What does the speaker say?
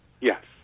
Yes